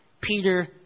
Peter